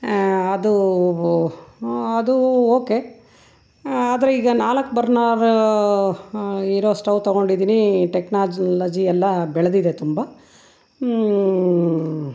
ಅದು ಅದು ಓಕೆ ಆದರೆ ಈಗ ನಾಲ್ಕು ಬರ್ನರ್ ಇರೋ ಸ್ಟೊವ್ ತಗೊಂಡಿದ್ದೀನಿ ಟೆಕ್ನಾಜಿಲಜಿ ಎಲ್ಲ ಬೆಳೆದಿದೆ ತುಂಬ